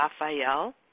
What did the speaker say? Raphael